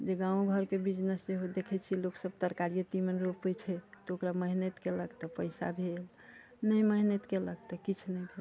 जे गाँव घरके बिजनेस देखै छियै लोक सभ तरकारिये तिमन रोपै छै तऽ ओकरा मेहनत केलक तऽ ओकरा पैसा भेल नहि मेहनत केलक तऽ किछु नहि भेल